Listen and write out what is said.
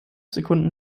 sekunden